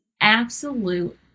absolute